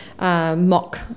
mock